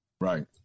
right